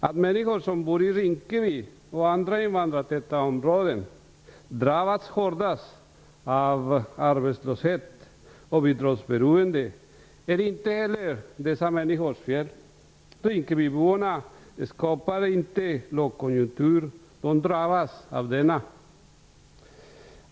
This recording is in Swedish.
Att människor som bor i Rinkeby och andra invandrartäta områden drabbats hårdast av arbetslöshet och bidragsberoende är inte dessa människors fel. Rinkebyborna skapar inte lågkonjunktur, de drabbas av denna.